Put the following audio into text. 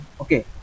Okay